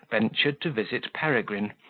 ventured to visit peregrine,